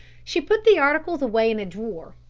she put the articles away in a drawer,